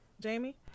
Jamie